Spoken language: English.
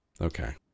Okay